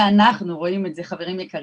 ואנחנו רואים את זה, חברים יקרים,